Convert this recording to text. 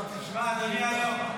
אמרתי --- אדוני היו"ר,